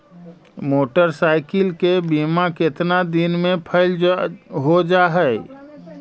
Motorcycle के बिमा केतना दिन मे फेल हो जा है?